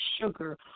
sugar